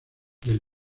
del